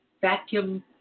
vacuum